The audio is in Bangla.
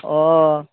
ও